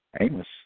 Amos